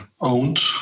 owned